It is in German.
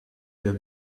der